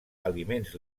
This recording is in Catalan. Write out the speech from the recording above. aliments